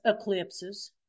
eclipses